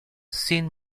sin